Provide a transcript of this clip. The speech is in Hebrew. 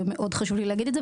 מאוד חשוב לי להגיד את זה,